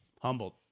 Humbled